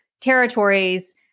territories